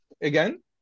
Again